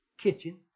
kitchen